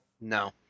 No